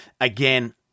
again